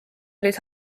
olid